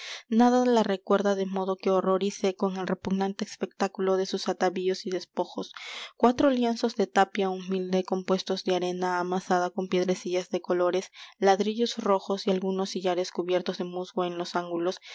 nada la recuerda de modo que horrorice con el repugnante espectáculo de sus atavíos y despojos cuatro lienzos de tapia humilde compuestos de arena amasada con piedrecillas de colores ladrillos rojos y algunos sillares cubiertos de musgo en los ángulos